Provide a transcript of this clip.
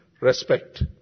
respect